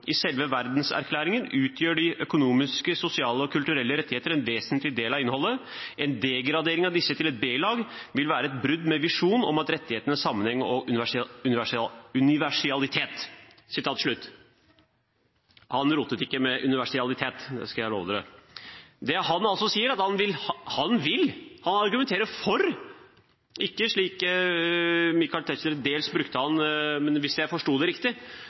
I selve Verdenserklæringen utgjør de økonomiske, sosiale og kulturelle rettighetene en vesentlig del av innholdet. En degradering av disse til et B-lag ville være et brudd med visjonen om rettighetenes sammenheng og universalitet.» Det han altså sier, er at han vil ha dette inn, han argumenterer for – ikke slik Michael Tetzschner dels brukte ham, hvis jeg forsto det riktig.